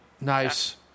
Nice